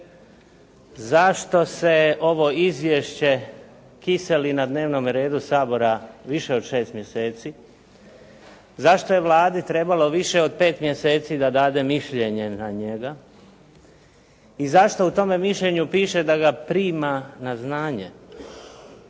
zašto se ovo Izvješće kiseli na dnevnom redu Sabora više od 6 mjeseci, zašto je Vladi trebalo više od 5 mjeseci da dade mišljenje na njega i zašto u tome mišljenju piše da ga prima na znanje,